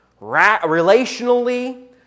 relationally